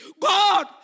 God